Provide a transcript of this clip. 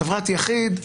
חברת יחד,